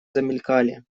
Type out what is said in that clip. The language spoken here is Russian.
замелькали